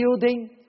building